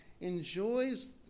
enjoys